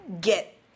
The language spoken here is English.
get